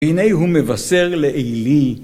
הנה הוא מבשר לעילי.